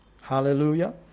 Hallelujah